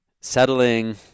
settling